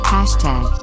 Hashtag